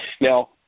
Now